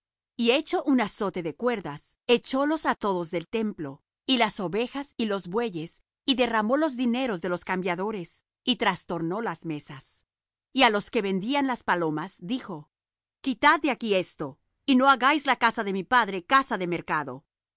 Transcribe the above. y hecho un azote de cuerdas echólos á todos del templo y las ovejas y los bueyes y derramó los dineros de los cambiadores y trastornó las mesas y á los que vendían las palomas dijo quitad de aquí esto y no hagáis la casa de mi padre casa de mercado